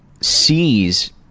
sees